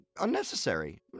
unnecessary